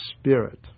Spirit